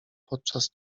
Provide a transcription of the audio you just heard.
podczas